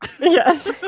Yes